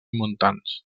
montans